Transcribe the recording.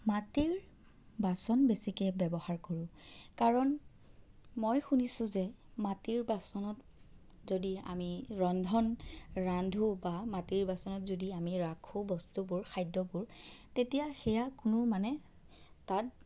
মাটিৰ বাচন বেছিকে ব্যৱহাৰ কৰোঁ কাৰণ মই শুনিছোঁ যে মাটিৰ বাচনত যদি আমি ৰন্ধন ৰান্ধো বা মাটিৰ বাচনত যদি আমি ৰাখো বস্তুবোৰ খাদ্যবোৰ তেতিয়া সেয়া কোনো মানে তাত